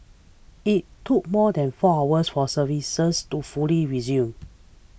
it took more than four was for services to fully resume